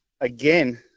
again